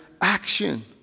action